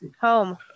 home